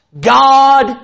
God